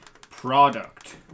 product